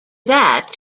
that